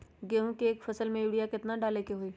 गेंहू के एक फसल में यूरिया केतना डाले के होई?